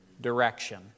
direction